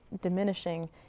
diminishing